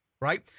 right